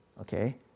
okay